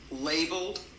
labeled